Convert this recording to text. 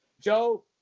Joe